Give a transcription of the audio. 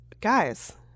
Guys